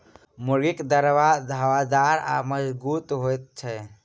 मुर्गीक दरबा हवादार आ मजगूत होइत छै